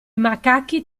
macachi